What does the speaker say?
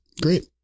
Great